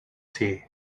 tea